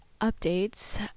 updates